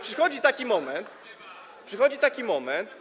Przychodzi jednak taki moment, [[Poruszenie na sali]] przychodzi taki moment.